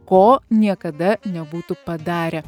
ko niekada nebūtų padarę